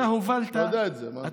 אתה יודע את זה, מה?